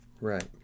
Right